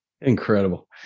incredible